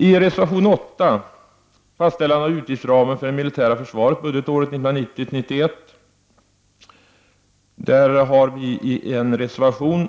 I reservation 8, som gäller fastställande av utgiftsramen för det militära försvaret budgetåret 1990/91, har Gunhild Bolander och jag